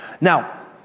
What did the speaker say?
Now